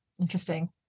Interesting